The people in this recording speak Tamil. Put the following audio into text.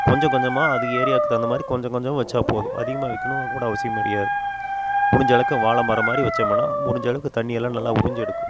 கொஞ்ச கொஞ்சமாக அது ஏரியாவுக்கு தகுந்த மாதிரி கொஞ்சம் கொஞ்சம் வெச்சால் போதும் அதிகமாக வைக்கணுன்னு கூட அவசியம் அறியாது முடிஞ்சளவுக்கு வாழைமரம் மாதிரி வச்சமுன்னா முடிஞ்சளவுக்கு தண்ணியெல்லாம் நல்லா உரிஞ்சு எடுக்கும்